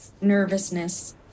nervousness